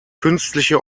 künstliche